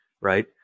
right